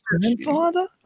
grandfather